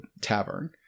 tavern